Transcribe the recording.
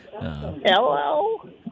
Hello